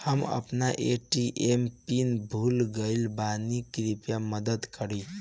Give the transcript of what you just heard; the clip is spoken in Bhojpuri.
हम अपन ए.टी.एम पिन भूल गएल बानी, कृपया मदद करीं